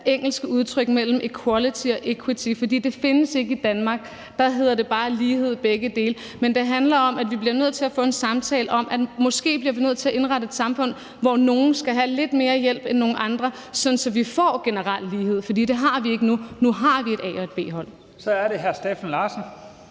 engelske udtryk equality og equity, for de findes ikke i Danmark – der hedder begge dele bare lighed. Men det handler om, at vi bliver nødt til at få en samtale om, at måske bliver vi nødt til at indrette et samfund, hvor nogle skal have lidt mere hjælp end andre, sådan at vi får generel lighed, for det har vi ikke nu. Nu har vi et A-hold og et B-hold. Kl. 11:51 Første næstformand